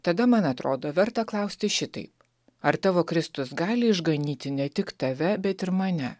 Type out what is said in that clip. tada man atrodo verta klausti šitaip ar tavo kristus gali ižganyti ne tik tave bet ir mane